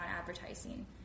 advertising